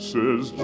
Says